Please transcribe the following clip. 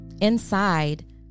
Inside